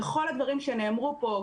וכל הדברים שנאמרו פה,